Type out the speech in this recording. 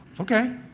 Okay